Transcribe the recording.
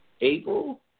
April